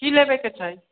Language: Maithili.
की लेबै के छै